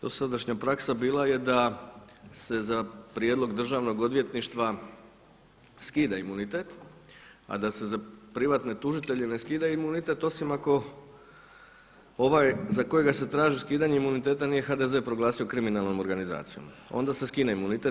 Dosadašnja praksa bila je da se za prijedlog državnog odvjetništva skida imunitet, a da se za privatne tužitelje ne skida imunitet osim ako ovaj za kojega se traži skidanje imuniteta nije HDZ proglasio kriminalnom organizacijom, onda se skine imunitet.